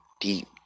deep